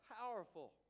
powerful